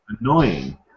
annoying